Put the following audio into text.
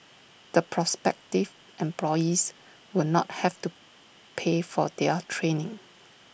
the prospective employees will not have to pay for their training